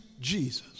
Jesus